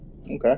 Okay